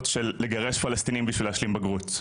של לגרש פלשתינים בשביל להשלים בגרות.